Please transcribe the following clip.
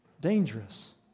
Dangerous